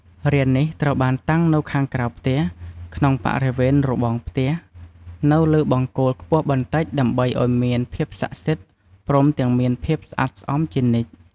រាននេះត្រូវបានតាំងនៅខាងក្រៅផ្ទះ ក្នុងបរិវេណរបងផ្ទះនៅលើបង្គោលខ្ពស់បន្តិចដើម្បីឲ្យមានភាពស័ក្តិសិទ្ធិព្រមទាំងមានភាពស្អាតស្អំជានិច្ច។